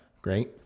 Great